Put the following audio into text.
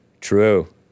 true